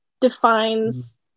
defines